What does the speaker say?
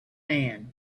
man